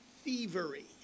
thievery